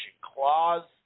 clause